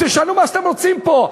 תשנו מה שאתם רוצים פה.